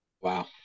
Wow